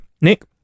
Nick